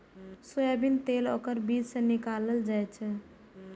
soybean तेल ओकर बीज सं निकालल जाइ छै